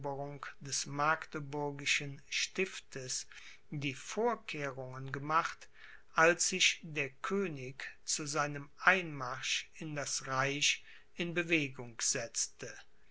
des magdeburgischen stiftes die vorkehrungen gemacht als sich der könig zu seinem einmarsch in das reich in bewegung setzte